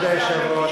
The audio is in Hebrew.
כבוד היושב-ראש,